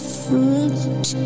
fruit